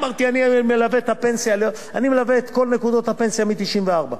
אמרתי: אני מלווה את כל נקודות הפנסיה מ-1994,